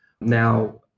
now